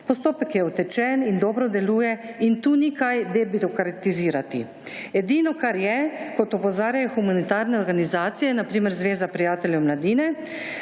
Postopek je utečen in dobro deluje in tu ni kaj debirokratizirati. Edino, kar je, kot opozarjajo humanitarne organizacije, na primer Zveza prijateljev mladine,